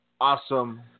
Awesome